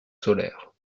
solaire